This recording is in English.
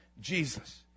Jesus